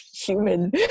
human